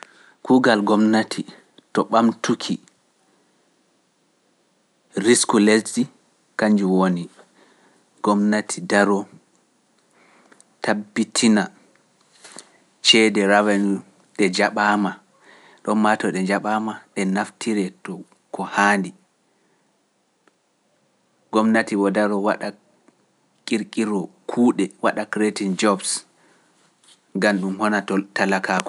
Kuugal gomnati to ɓamtuki risku lesdi, kañnji woni, gomnati daroo tabbitina ceede rawaandu ɗe jaɓaama ɗon maa to ɗe jaɓaama ɗe naftiree to ko haandi. Gomnati wo daroo waɗa kirkiro kuuɗe waɗa kreetin jobs, ngam ɗum hona to talakaaku.